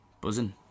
Buzzing